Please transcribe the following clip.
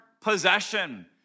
possession